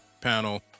panel